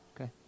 Okay